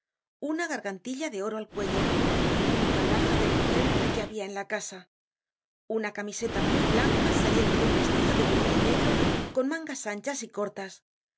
una gargantilla de oro al cuello única alhaja de mujer que habia en la casa una camiseta muy blanca saliendo de un vestido de buriel negro con mangas anchas y cortas